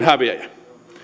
häviäjä